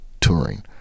touring